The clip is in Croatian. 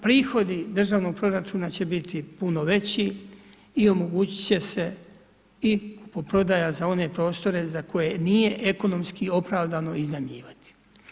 Prihodi državnog proračuna će biti puno veći i omogućiti će se kupoprodaja za one prostore za koje nije ekonomski opravdano iznajmljivati.